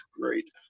great